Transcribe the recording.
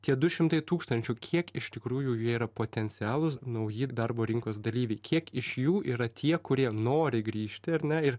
tie du šimtai tūkstančių kiek iš tikrųjų jie yra potencialūs nauji darbo rinkos dalyviai kiek iš jų yra tie kurie nori grįžti ar ne ir